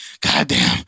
Goddamn